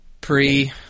pre